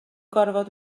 gorfod